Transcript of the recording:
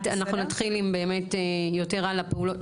אנחנו נתחיל עם באמת יותר על הפעולות,